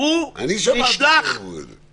אני שמעתי שהן אמרו את זה.